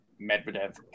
Medvedev